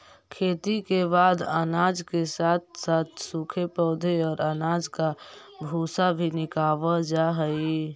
खेती के बाद अनाज के साथ साथ सूखे पौधे और अनाज का भूसा भी निकावल जा हई